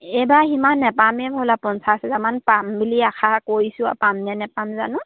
এইবাৰ সিমান নাপামেই হব'লা পঞ্চাছ হাজাৰমান পাম বুলি আশা কৰিছোঁ আৰু পামনে নেপাম জানো